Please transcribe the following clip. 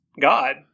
God